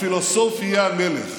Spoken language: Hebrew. הפילוסוף יהיה מלך.